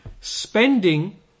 spending